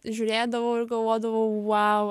žiūrėdavau ir galvodavau vau